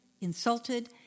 insulted